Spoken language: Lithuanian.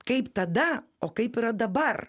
kaip tada o kaip yra dabar